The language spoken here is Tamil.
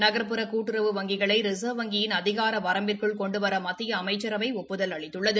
நகர்புற கூட்டுறவு வங்கிகளை ரிசா்வ் வங்கியின் அதிகார வரம்பிற்குள் கொண்டுவர மத்திய அமைச்சரவை ஒப்புதல் அளித்துள்ளது